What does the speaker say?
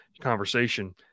conversation